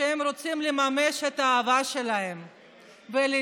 כשהם רוצים לממש את האהבה שלהם ולהתחתן,